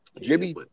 Jimmy